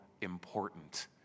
important